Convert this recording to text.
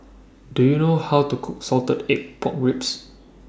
Do YOU know How to Cook Salted Egg Pork Ribs